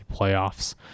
playoffs